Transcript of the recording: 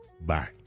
Bye